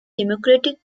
democratic